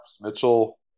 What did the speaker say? Mitchell